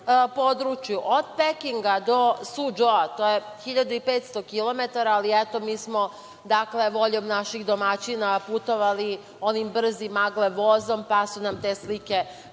od Pekinga do Sudžoua, to je 1.500 kilometara, ali eto, mi smo voljom naših domaćina putovali onim brzim MAGLEV vozom, pa su nam te slike prošle.